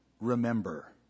remember